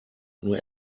nur